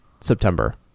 September